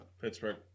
Pittsburgh